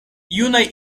junaj